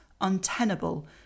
untenable